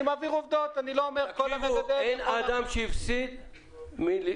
כדאי לכם ללמוד, לא מפסידים מזה.